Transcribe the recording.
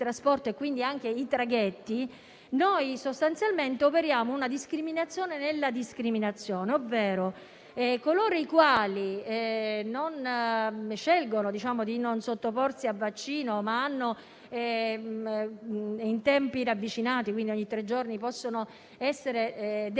quindi anche i traghetti, sostanzialmente operiamo una discriminazione nella discriminazione: ovvero, coloro i quali scelgono di non sottoporsi a vaccino, ma in tempi ravvicinati, quindi ogni tre giorni, devono essere